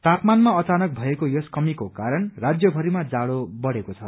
तापमानमा अचानक भएको यस कमीको कारण राज्यभरिमा जाड़ो बढ़ेको छ